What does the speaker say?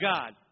God